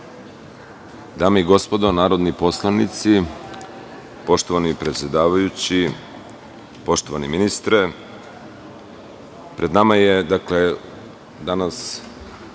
Dame i gospodo narodni poslanici, poštovani predsedavajući, poštovani ministre, pred nama je danas